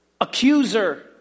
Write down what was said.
Accuser